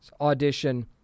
audition